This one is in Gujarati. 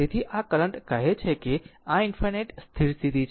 તેથી આ કરંટ કહે છે કે i ∞ સ્થિર સ્થિતિ છે